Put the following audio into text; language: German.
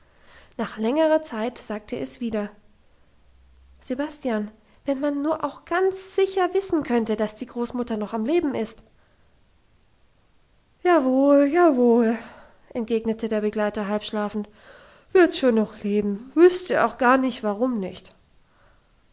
nach längerer zeit sagte es wieder sebastian wenn man nur auch ganz sicher wissen könnte dass die großmutter noch am leben ist jawohl jawohl entgegnete der begleiter halb schlafend wird schon noch leben wüsste auch gar nicht warum nicht